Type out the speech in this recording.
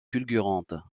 fulgurante